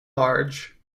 large